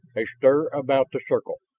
a stir about the circle,